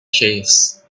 chase